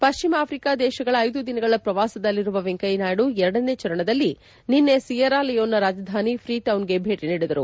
ಪಶ್ಚಿಮ ಆಫ್ರಿಕಾ ದೇಶಗಳ ಐದು ದಿನಗಳ ಪ್ರವಾಸದಲ್ಲಿರುವ ವೆಂಕಯ್ಯ ನಾಯ್ಡು ಎರಡನೇ ಚರಣದಲ್ಲಿ ನಿನ್ನೆ ಸಿಯೆರಾ ಲಿಯೋನ್ ನ ರಾಜಧಾನಿ ಫ್ರೀಟೌನ್ ಗೆ ಭೇಟಿ ನೀಡಿದರು